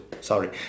sorry